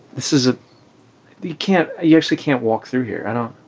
this is a you can't you actually can't walk through here. i don't